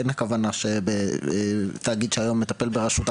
אין הכוונה שתאגיד שהיום מטפל ברשות אחת,